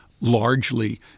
largely